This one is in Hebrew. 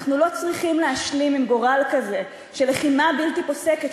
אנחנו לא צריכים להשלים עם גורל כזה של לחימה בלתי פוסקת,